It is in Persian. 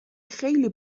خیلی